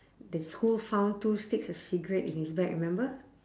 the school found two sticks of cigarette in his bag remember